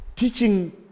teaching